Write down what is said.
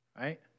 Right